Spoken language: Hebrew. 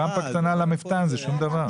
רמפה קטנה למפתן; זה שום דבר.